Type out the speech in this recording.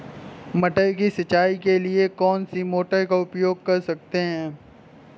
मटर की सिंचाई के लिए कौन सी मोटर का उपयोग कर सकते हैं?